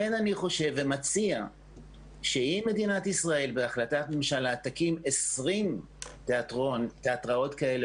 אני חושב ומציע שאם מדינת ישראל בהחלטת ממשלה תקים 20 תיאטראות כאלה